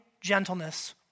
gentleness